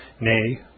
nay